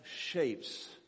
shapes